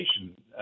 education